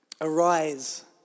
Arise